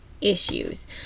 issues